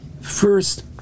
first